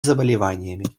заболеваниями